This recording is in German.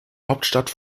hauptstadt